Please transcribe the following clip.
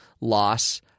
loss